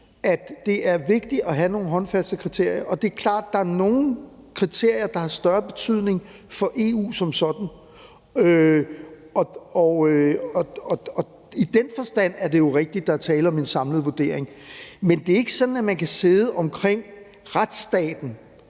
det er vigtigt at have nogle håndfaste kriterier, og det er klart, at der er nogle kriterier, der har større betydning for EU som sådan, og i den forstand er det rigtigt, at der er tale om en samlet vurdering. Men det er ikke sådan, at man kan sidde omkring retsstaten